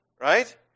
Right